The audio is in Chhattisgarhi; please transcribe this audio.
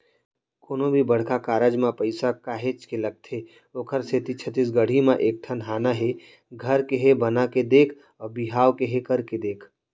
कोनो भी बड़का कारज म पइसा काहेच के लगथे ओखरे सेती छत्तीसगढ़ी म एक ठन हाना हे घर केहे बना के देख अउ बिहाव केहे करके देख